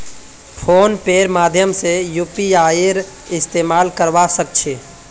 phone पेर माध्यम से यूपीआईर इस्तेमाल करवा सक छी